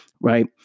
right